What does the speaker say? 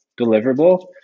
deliverable